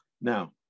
Now